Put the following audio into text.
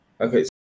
okay